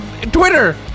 twitter